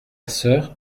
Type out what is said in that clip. sœur